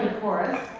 for us.